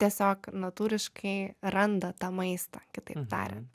tiesiog natūriškai randa tą maistą kitaip tariant